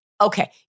okay